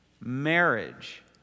Marriage